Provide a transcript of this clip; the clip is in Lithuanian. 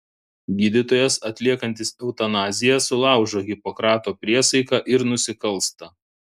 gydytojas atliekantis eutanaziją sulaužo hipokrato priesaiką ir nusikalsta